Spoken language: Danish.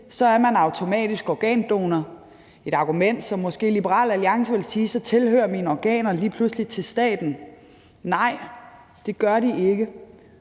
er man automatisk organdonor. Det er et argument, hvor måske Liberal Alliance ville sige: Ja, så tilhører mine organer lige pludselig staten. Nej, det gør de ikke,